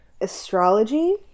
astrology